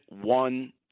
one